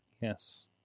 Yes